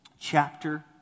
chapter